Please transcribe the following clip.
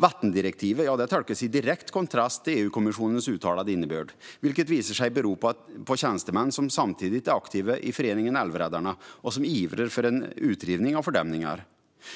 Vattendirektivet tolkas i direkt kontrast till EU-kommissionens uttalade innebörd. Det visar sig bero på tjänstemän som samtidigt är aktiva i föreningen Älvräddarna, som ivrar för utrivning av fördämningar.